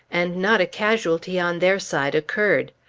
and not a casualty on their side occurred.